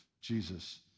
Jesus